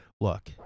Look